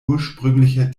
ursprünglicher